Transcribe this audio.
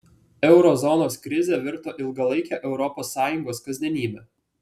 euro zonos krizė virto ilgalaike europos sąjungos kasdienybe